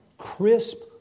crisp